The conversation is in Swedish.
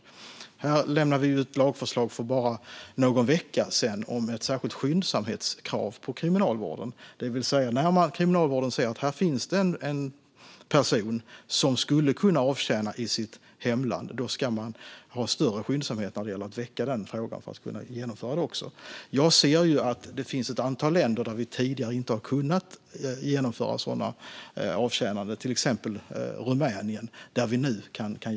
I fråga om detta lämnade vi ett lagförslag för bara någon vecka sedan om ett särskilt skyndsamhetskrav på kriminalvården, det vill säga att när kriminalvården ser att det finns en person som skulle kunna avtjäna sitt straff i hemlandet ska man ha större skyndsamhet när det gäller att väcka den frågan för att kunna genomföra detta. Jag ser att det finns ett antal länder som vi tidigare inte har kunnat skicka personer till för att de ska avtjäna sina straff där, till exempel Rumänien, men som vi nu kan göra.